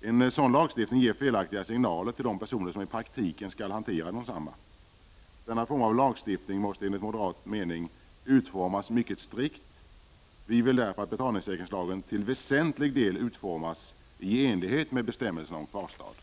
En sådan lagstiftning ger felaktiga signaler till de personer som i praktiken skall hantera densamma. Denna form av lagstiftning måste enligt moderat mening utformas mycket strikt. Vi vill därför att betalningssäkringslagen till väsentlig del utformas i enlighet med bestämmelserna om kvarstad.